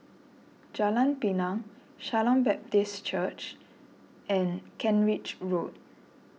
Jalan Pinang Shalom Baptist Chapel and Kent Ridge Road